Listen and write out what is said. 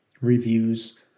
reviews